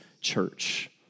church